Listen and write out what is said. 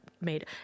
made